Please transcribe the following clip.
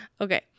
Okay